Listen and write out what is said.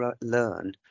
learn